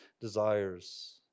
desires